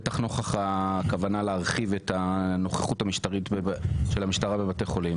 בטח נוכח הכוונה להרחיב את הנוכחות של המשטרה בבתי חולים?